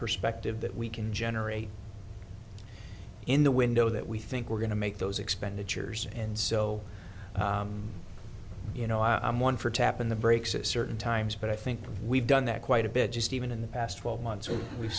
perspective that we can generate in the window that we think we're going to make those expenditures and so you know i'm one for tap and the brakes a certain times but i think we've done that quite a bit just even in the past twelve months w